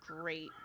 great